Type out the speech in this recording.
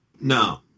No